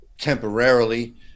temporarily